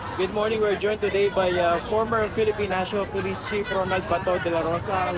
good morning, we're joined today by yeah former philippine national police chief ronald like bato dela rosa,